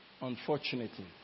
unfortunately